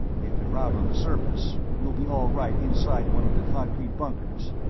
if you're out on the surface, you'll be all right inside one of the concrete bunkers.